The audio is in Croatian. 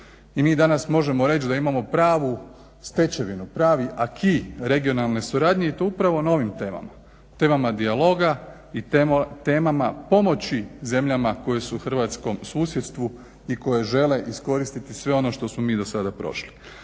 i mi danas možemo reć da imamo pravu stečevinu, pravi akt regionalne suradnje i to upravo na ovim temama, temama dijaloga i temama pomoći zemljama koje su hrvatskom susjedstvu i koje žele iskoristiti sve ono što smo mi do sada prošli.